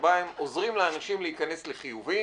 שבה הן עוזרות לאנשים להיכנס לחיובים